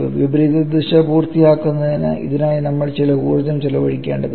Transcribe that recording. വിപരീത ദിശ പൂർത്തിയാക്കുന്നതിന് ഇതിനായി നമ്മൾചില ഊർജ്ജം ചെലവഴിക്കേണ്ടതുണ്ട്